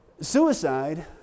Suicide